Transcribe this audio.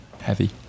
heavy